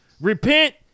Repent